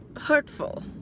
hurtful